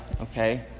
okay